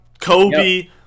Kobe